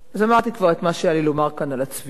אז אמרתי כבר את מה שהיה לי לומר כאן על הצביעות,